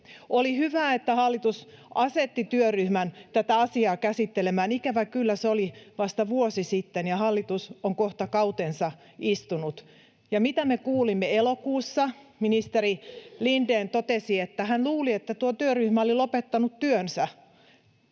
Oli hyvä, että hallitus asetti työryhmän tätä asiaa käsittelemään. Ikävä kyllä se oli vasta vuosi sitten, ja hallitus on kohta kautensa istunut. Ja mitä me kuulimme elokuussa? Ministeri Lindén totesi, että hän luuli, että tuo työryhmä oli lopettanut työnsä.